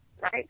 right